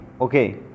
okay